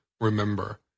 Remember